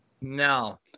No